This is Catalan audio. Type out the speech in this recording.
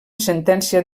sentència